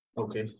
Okay